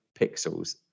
pixels